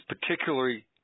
particularly